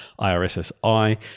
IRSSI